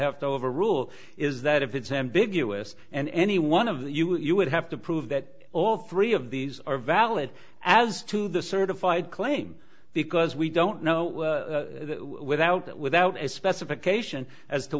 have to have a rule is that if it's ambiguous and any one of the you would have to prove that all three of these are valid as to the certified claim because we don't know without that without a specification as to